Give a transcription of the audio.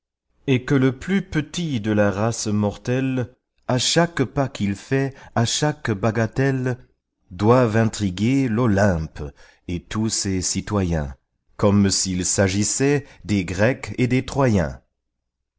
et que le plus petit de la race mortelle à chaque pas qu'il fait à chaque bagatelle doive intriguer l'olympe et tous ses citoyens comme s'il s'agissait des grecs et des troyens